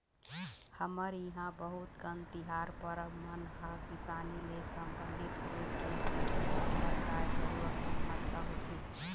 हमर इहाँ बहुत कन तिहार परब मन ह किसानी ले संबंधित होय के सेती बरोबर गाय गरुवा के महत्ता होथे